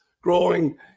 growing